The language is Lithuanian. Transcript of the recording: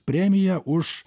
premiją už